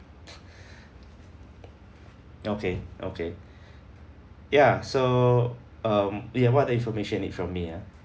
okay okay ya so um ya what are the information you need from me ah